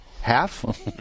Half